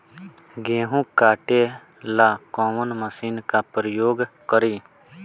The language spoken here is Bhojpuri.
गेहूं काटे ला कवन मशीन का प्रयोग करी?